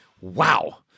Wow